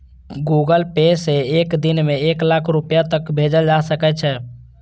Google Pay सं एक दिन मे एक लाख रुपैया तक भेजल जा सकै छै